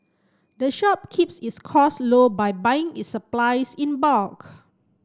the shop keeps its costs low by buying its supplies in bulk